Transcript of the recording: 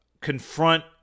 confront